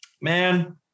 man